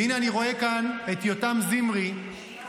והינה, אני רואה את יותם זמרי מפרסם: